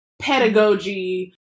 pedagogy